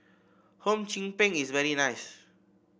Hum Chim Peng is very nice